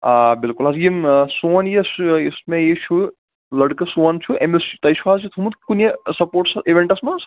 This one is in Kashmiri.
آ بلکل حظ یِم سون یُس یُس مےٚ یہِ چھُ لٔڑکہٕ سون چھُ أمس تۄہہِ چھو حظ تھومُت یہِ کُنہِ سَپوٹس ایوینٹس منٛز